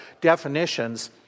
definitions